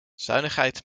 zuinigheid